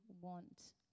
want